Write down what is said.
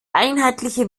einheitliche